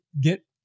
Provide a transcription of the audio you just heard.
get